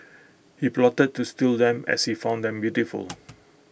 he plotted to steal them as he found them beautiful